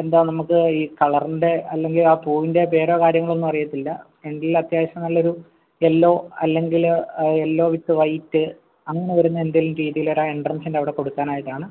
എന്താ നമുക്ക് ഈ കളറിൻ്റെ അല്ലെങ്കിൽ ആ പൂവിൻ്റെ പേരോ കാര്യങ്ങളോ ഒന്നും അറിയത്തില്ല എങ്കിലും അത്യാവശ്യം നല്ലൊരു യെല്ലോ അല്ലെങ്കിൽ യെല്ലോ വിത്ത് വൈറ്റ് അങ്ങനെ വരുന്ന എന്തെങ്കിലും രീതിയിലൊരു എൻട്രൻസിൻ്റെ അവിടെ കൊടുക്കാനായിട്ടാണ്